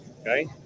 Okay